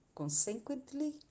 consequently